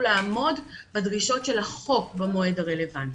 לעמוד בדרישות של החוק במועד הרלוונטי,